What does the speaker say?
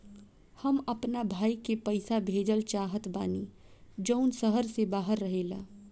हम अपना भाई के पइसा भेजल चाहत बानी जउन शहर से बाहर रहेला